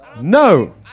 No